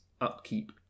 Upkeep